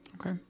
okay